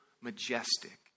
majestic